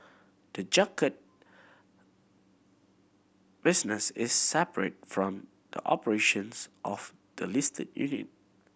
the junket business is separate from the operations of the listed unit